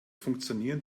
funktionieren